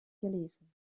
gelesen